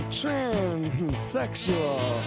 transsexual